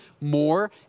more